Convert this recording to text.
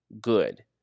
Good